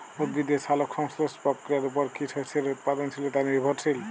উদ্ভিদের সালোক সংশ্লেষ প্রক্রিয়ার উপর কী শস্যের উৎপাদনশীলতা নির্ভরশীল?